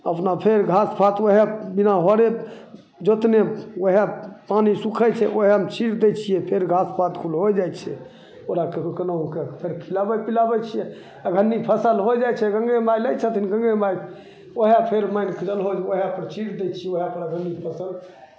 अपना फेर घासपात वएह बिना हरे जोतने वएह पानी सुखै छै वएहमे छीटि दै छिए फेर घासपात कुल हो जाइ छै ओकरा कोनाहु कोनाहुके फेर खिलाबै पिलाबै छिए अगहनी फसल हो जाइ छै गङ्गे माइ लै छथिन गङ्गे माइ वएह फेर मानिके चलहो जे वएह फेर छीटि दै छी वएह फेर अगहनी फसिल